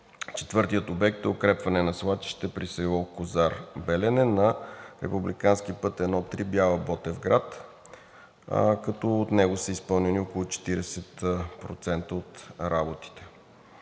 Четвъртият обект е укрепване на свлачище при село Козар Белене на републикански път I 3 Бяла – Ботевград, като от него са изпълнени около 40% от работите.